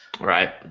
Right